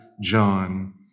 John